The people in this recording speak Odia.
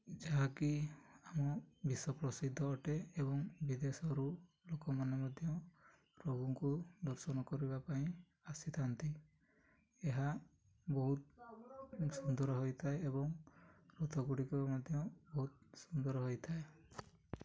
ଯାହାକି ଆମ ବିଶ୍ୱପ୍ରସିଦ୍ଧ ଅଟେ ଏବଂ ବିଦେଶରୁ ଲୋକମାନେ ମଧ୍ୟ ପ୍ରଭୁଙ୍କୁ ଦର୍ଶନ କରିବା ପାଇଁ ଆସିଥାନ୍ତି ଏହା ବହୁତ ସୁନ୍ଦର ହୋଇଥାଏ ଏବଂ ରଥ ଗୁଡ଼ିକ ମଧ୍ୟ ବହୁତ ସୁନ୍ଦର ହୋଇଥାଏ